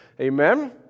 Amen